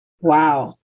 Wow